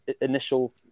initial